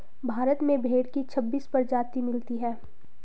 भारत में भेड़ की छब्बीस प्रजाति मिलती है